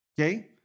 okay